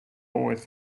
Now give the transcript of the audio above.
with